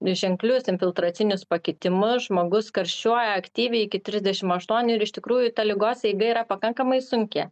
ženklius infiltracinius pakitimu žmogus karščiuoja aktyviai iki trisdešimt aštuonių ir iš tikrųjų ta ligos eiga yra pakankamai sunki